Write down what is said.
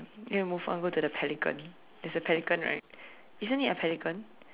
move on go to the pelican there's a pelican right isn't it a pelican